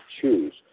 choose